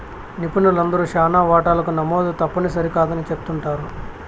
నిపుణులందరూ శానా వాటాలకు నమోదు తప్పుని సరికాదని చెప్తుండారు